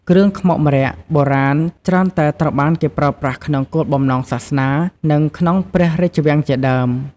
គ្រឿងខ្មុកម្រ័ក្សណ៍បុរាណច្រើនតែត្រូវបានគេប្រើប្រាស់ក្នុងគោលបំណងសាសនា និងក្នុងព្រះរាជវាំងជាដើម។